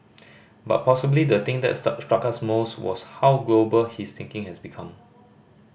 but possibly the thing that struck us most was how global his thinking has become